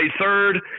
third